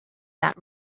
that